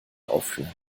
aufführen